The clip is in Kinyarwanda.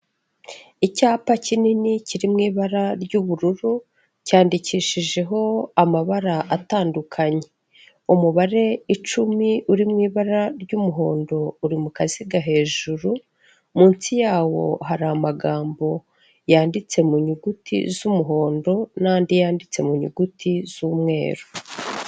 Icyapa kinini kiri mu ibara ry'ubururu, cyandikishijeho amabara atandukanye, umubare icumi, uri mu ibara ry'umuhondo, uri mu kaziga hejuru, munsi yawo hari amagambo yanditse mu nyuguti z'umuhondo, n'andi yanditse mu nyuguti z'umweru.